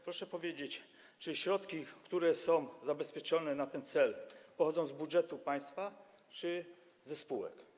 Proszę powiedzieć, czy środki, które są zabezpieczone na ten cel, pochodzą z budżetu państwa czy ze spółek.